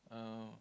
uh